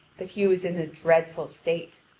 that he was in a dreadful state.